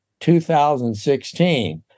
2016